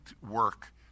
work